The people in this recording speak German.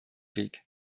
weg